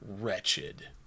wretched